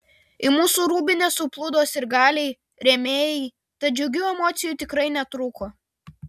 į mūsų rūbinę suplūdo sirgaliai rėmėjai tad džiugių emocijų tikrai netrūko